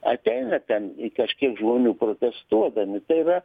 ateina ten kažkiek žmonių protestuodami tai yra